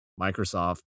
Microsoft